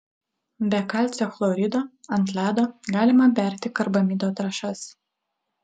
be kalcio chlorido ant ledo galima berti karbamido trąšas